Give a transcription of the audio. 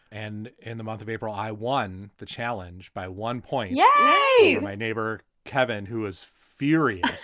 and in the month of april, i won the challenge by one point. yeah my neighbor kevin, who is furious just